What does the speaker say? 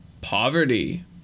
poverty